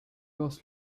was